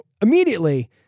immediately